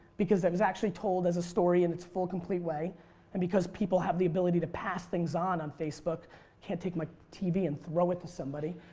because it was actually told as a story in it's full complete way and because people have the ability to pass things on on facebook, i can't take my tv and throw it to somebody,